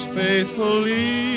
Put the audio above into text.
faithfully